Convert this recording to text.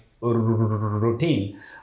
routine